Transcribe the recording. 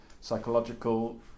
psychological